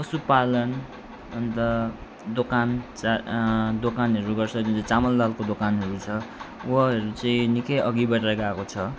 पशुपालन अन्त दोकान चा दोकानहरू गर्छ जुन चाहिँ चामल दालको दोकानहरू छ उहाँहरू चाहिँ निकै अघि बढेर गएको छ